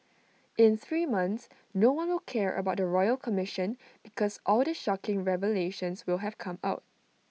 in three months no one will care about the royal commission because all the shocking revelations will have come out